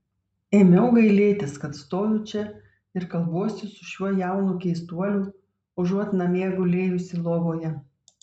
ėmiau gailėtis kad stoviu čia ir kalbuosi su šiuo jaunu keistuoliu užuot namie gulėjusi lovoje